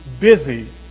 busy